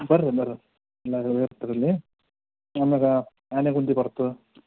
ಬರ್ರಿ ಬರ್ರಿ ಇಲ್ಲ ರೀ ಆಮೇಲೆ ಆನೆಗುಂದಿ ಬರತ್ತೆ